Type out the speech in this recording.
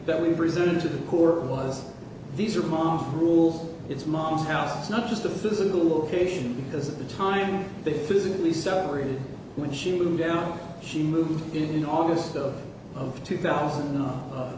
that we've risen to the poor was these are mom rules it's mom's house not just a physical location because of the time they physically separated when she moved down she moved in august of two thousand a